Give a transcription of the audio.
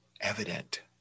evident